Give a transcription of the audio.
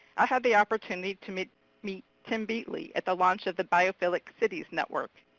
i had the opportunity to meet meet tim beatley, at the launch of the biophilic cities network.